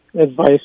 advice